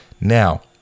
Now